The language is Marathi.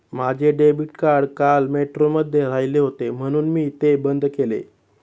माझे डेबिट कार्ड काल मेट्रोमध्ये राहिले होते म्हणून मी ते बंद केले